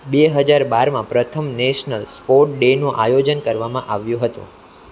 બે હજાર બારમાં પ્રથમ નેશનલ સ્પોર્ટ ડેનું આયોજન કરવામાં આવ્યું હતું